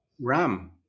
RAM